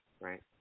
Right